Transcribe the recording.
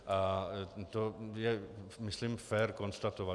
A to je myslím fér konstatovat.